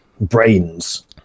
brains